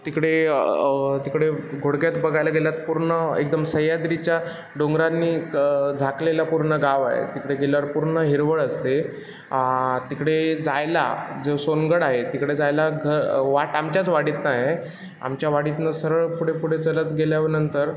तिकडे तिकडे घोडक्यात बघायला गेलात पूर्ण एकदम सह्याद्रीच्या डोंगरांनी झाकलेला पूर्ण गाव आहे तिकडे गेल्यावर पूर्ण हिरवळ असते तिकडे जायला जो सोनगड आहे तिकडे जायला घ वाट आमच्याच वाडीतनं आहे आमच्या वाडीतनं सरळ पुढेपुढे चलत गेल्यानंतर